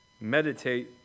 meditate